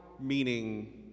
meaning